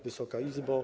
Wysoka Izbo!